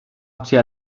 tua